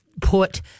put